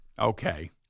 Okay